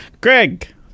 Greg